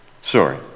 sorry